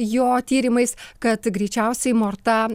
jo tyrimais kad greičiausiai morta